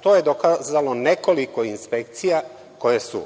to je dokazalo nekoliko inspekcija koje su